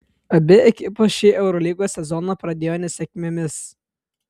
abi ekipos šį eurolygos sezoną pradėjo nesėkmėmis